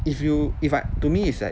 if you if I to me it's like